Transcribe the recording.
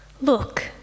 look